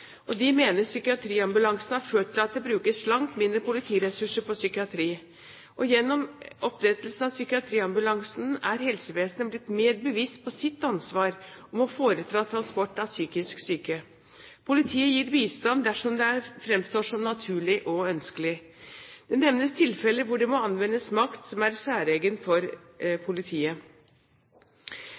oppdrag. De mener psykiatriambulansen har ført til at det brukes langt mindre politiressurser på psykiatri. Gjennom opprettelsen av psykiatriambulansen er helsevesenet blitt mer bevisst på sitt ansvar når det gjelder å foreta transport av psykisk syke. Politiet gir bistand dersom det framstår som naturlig og ønskelig. Det nevnes tilfeller hvor det må anvendes makt som er særegen for politiet.